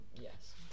yes